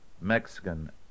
Mexican